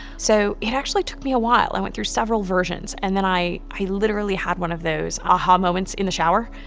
so it actually took me a while, i went through several versions. and then i i literally had one of those aha moments in the shower,